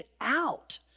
out